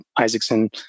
Isaacson